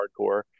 hardcore